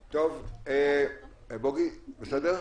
בוגי, בסדר?